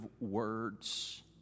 words